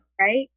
Right